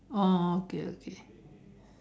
oh okay okay